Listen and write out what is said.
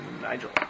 Nigel